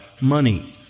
money